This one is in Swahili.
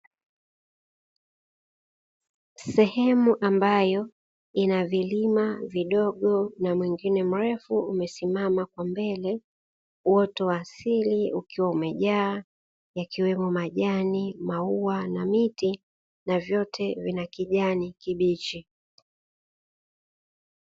Sehemu ambayo ina vilima vidogo na mwingine mrefu umesimama kwa mbele uoto wa asili ukiwa umejaa, yakiwemo majani maua na miti na vyote vina kijani kibichi.